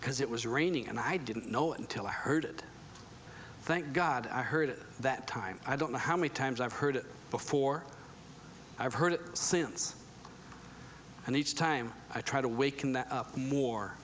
because it was raining and i didn't know until i heard it thank god i heard at that time i don't know how many times i've heard it before i've heard it since and each time i try to wake up more